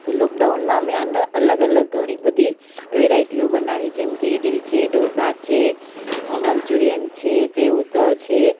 તો લૉકડાઉનમાં અમે અન અલગ અલગ ઘણી બધી વેરાઈટિયો બનાવી જેમ કે ઇડલી છે ઢોસા છે મંચુરિયન છે સેવ ઉસળ છે